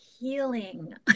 healing